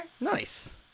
Nice